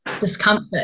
discomfort